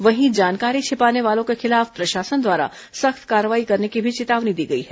वहीं जानकारी छिपाने वालों के खिलाफ प्रशासन द्वारा सख्त कार्रवाई करने की भी चेतावनी दी गई है